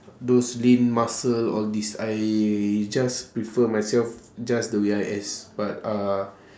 those lean muscle all these I just prefer myself just the way I as but uh